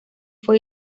fue